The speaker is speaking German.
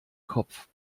kopf